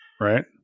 Right